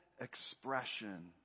expression